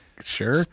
sure